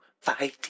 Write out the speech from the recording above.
Fighting